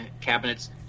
cabinets